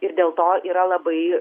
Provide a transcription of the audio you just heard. ir dėl to yra labai